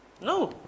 No